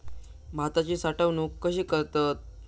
भाताची साठवूनक कशी करतत?